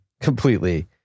completely